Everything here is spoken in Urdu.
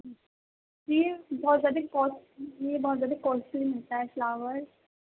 جی بہت زیادہ کاسٹ یہ بہت زیادہ کاسٹلی ملتا ہے فلاور